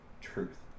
truth